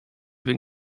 been